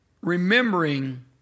remembering